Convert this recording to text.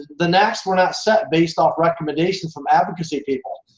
the naaqs were not set based off recommendations from advocacy people.